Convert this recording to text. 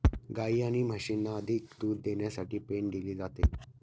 गायी आणि म्हशींना अधिक दूध देण्यासाठी पेंड दिली जाते